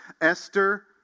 Esther